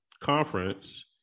conference